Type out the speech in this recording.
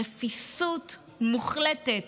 רפיסות מוחלטת